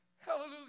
Hallelujah